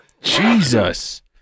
Jesus